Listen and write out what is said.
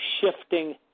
shifting